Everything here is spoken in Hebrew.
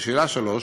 לשאלה 3: